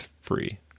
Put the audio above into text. free